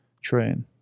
train